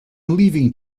leaving